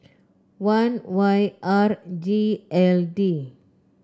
one Y R G L D